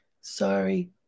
sorry